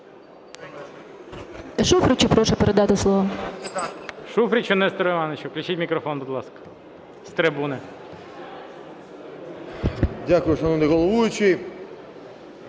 Дякую, шановний головуючий.